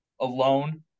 alone